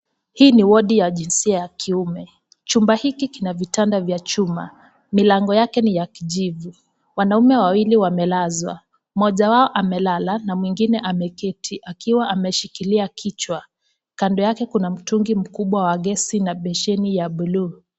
Hii ni wodi ya jinsia ya kiume. Chumba hiki kina vitanda vya chuma milango yake ni ya kijivu, wanaume wawili wamelazwa moja wao amelala na mwingine ameketi akiwa ameshikilia kichwa, kando yake kuna mtungi kubwa h gesi na beseni ya bluu.